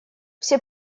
все